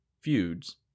feuds